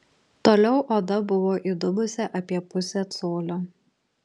toliau oda buvo įdubusi apie pusę colio